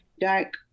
dark